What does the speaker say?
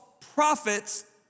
prophets